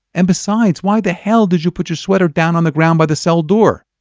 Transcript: and besides, why the hell did you put your sweater down on the ground by the cell door?